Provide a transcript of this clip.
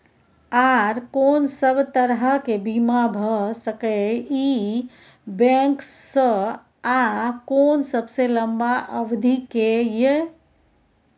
आर कोन सब तरह के बीमा भ सके इ बैंक स आ कोन सबसे लंबा अवधि के ये?